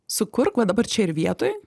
sukurk va dabar čia ir vietoj